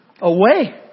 away